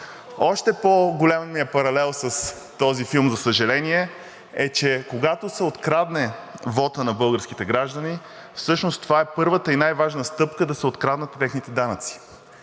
Още по-големият ми паралел с този филм, за съжаление, е, че когато се открадне вотът на българските граждани, всъщност това е първата и най-важна стъпка да се откраднат техните данъци.